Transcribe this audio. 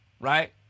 Right